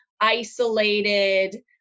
isolated